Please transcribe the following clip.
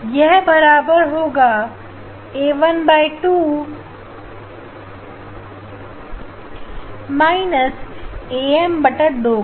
वह बराबर होगा ए वन बटा दो एएम बटा २ के